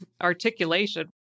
articulation